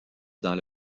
dans